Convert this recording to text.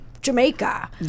Jamaica